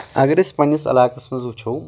اَگر أسۍ پَنٕنِس علاقس منٛز وُچھو